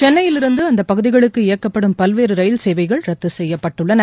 சென்னையிலிருந்து அந்த பகுதிகளுக்கு இயக்கப்படும் பல்வேறு ரயில் சேவைகள் ரத்து செய்யப்பட்டுள்ளன